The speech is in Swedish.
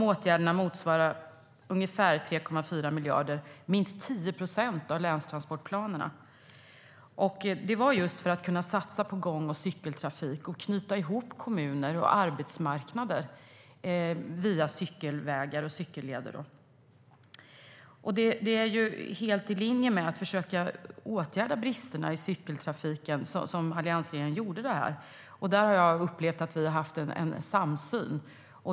Åtgärderna motsvarar ungefär 3,4 miljarder - minst 10 procent av länstransportplanerna. Detta var just för att kunna satsa på gång och cykeltrafik och knyta ihop kommuner och arbetsmarknader via cykelvägar och cykelleder. Det är helt i linje med att försöka åtgärda bristerna i cykeltrafiken som alliansregeringen gjorde det. Där har jag upplevt att vi har haft en samsyn.